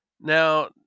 Now